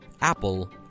Apple